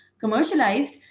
commercialized